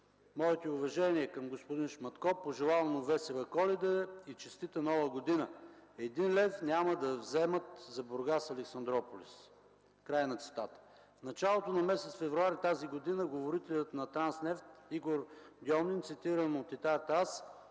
„Моите уважения към господин Шматко. Пожелавам му Весела Коледа и Честита Нова година. Един лев няма да вземат за „Бургас-Александруполис” – край на цитата. В началото на месец февруари тази година, говорителят на „Транснефт” Игор Демин цитирам от ИТАР-ТАСС